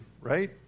right